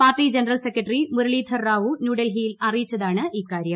party general secretary Muralidhar Rao ന്യൂഡൽഹിയിൽ അറിയിച്ചതാണ് ഇക്കാര്യം